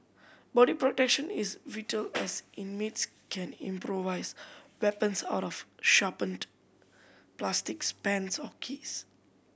body protection is vital as inmates can improvise weapons out of sharpened plastics pens or keys